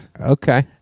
Okay